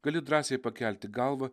gali drąsiai pakelti galvą